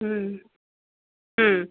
ಹ್ಞೂ ಹ್ಞೂ